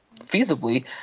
feasibly